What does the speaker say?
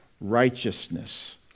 righteousness